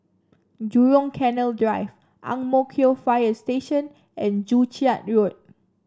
Jurong Canal Drive Ang Mo Kio Fire Station and Joo Chiat Road